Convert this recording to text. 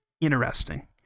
interesting